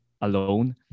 alone